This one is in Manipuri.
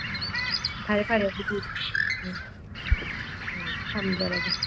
ꯎꯝ ꯐꯔꯦ ꯐꯔꯦꯗꯨꯗꯤ ꯎꯝ ꯎꯝ ꯊꯝꯖꯔꯒꯦ